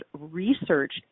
research